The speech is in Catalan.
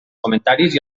comentaris